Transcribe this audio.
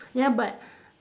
ya but